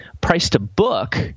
Price-to-book